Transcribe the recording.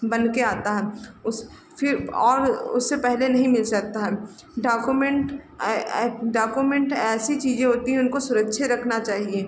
बनकर आता है उस फिर और उससे पहले नहीं मिल सकता है डॉक्यूमेन्ट डॉक्यूमेन्ट ऐसी चीज़ें होती हैं उनको सुरक्षित रखना चाहिए